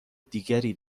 دیگری